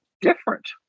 different